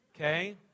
okay